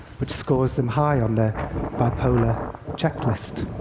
which scores them high on the bipolar checklist.